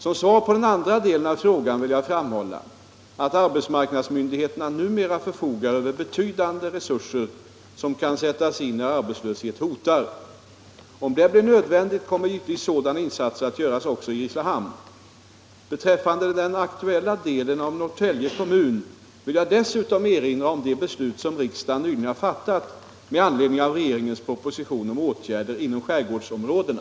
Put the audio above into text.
Som svar på den andra delen av frågan vill jag framhålla att arbetsmarknadsmyndigheterna numera förfogar över betydande resurser som kan sättas in när arbetslöshet hotar. Om det blir nödvändigt kommer givetvis sådana insatser att göras också i Grisslehamn. Beträffande den aktuella delen av Norrtälje kommun vill jag dessutom erinra om de beslut som riksdagen nyligen har fattat med anledning av regeringens proposition om åtgärder inom skärgårdsområdena.